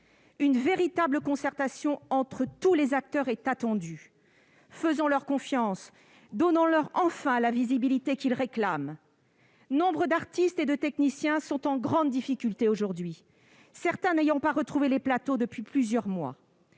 Une véritable concertation entre tous les acteurs est attendue. Faisons-leur confiance et donnons-leur enfin la visibilité qu'ils réclament ! Nombre d'artistes et de techniciens sont en grande difficulté aujourd'hui, certains n'ayant pas retrouvé les plateaux depuis plusieurs mois.